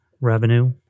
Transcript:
revenue